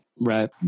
right